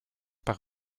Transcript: par